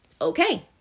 okay